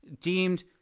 deemed